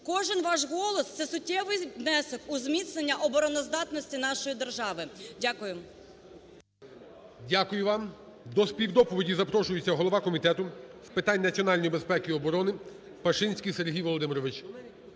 Кожен ваш голос – це суттєвий внесок у зміцнення обороноздатності нашої держави. Дякую. ГОЛОВУЮЧИЙ. Дякую вам. До співдоповіді запрошується голова Комітету з питань національної безпеки і оборони Пашинський Сергій Володимирович.